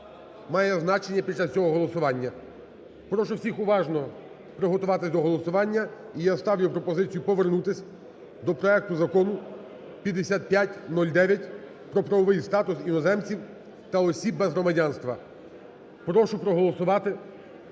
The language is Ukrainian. має значення під час цього голосування. Прошу всіх уважно приготуватись до голосування. І я ставлю пропозицію повернутись до проекту Закону (5509) про правовий статус іноземців та осіб без громадянства. Прошу проголосувати.